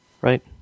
Right